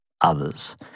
others